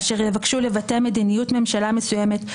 אשר יבקשו לבטא מדיניות ממשלה מסוימת,